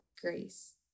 grace